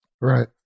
Right